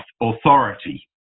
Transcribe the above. authority